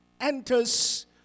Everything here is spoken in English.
enters